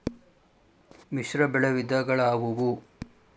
ಮಿಶ್ರಬೆಳೆ ವಿಧಗಳಾವುವು?